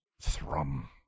thrum